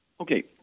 Okay